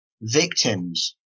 victims